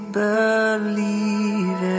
believe